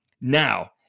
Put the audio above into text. Now